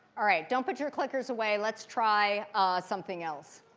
all right, don't put your clickers away. let's try something else.